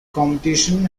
competition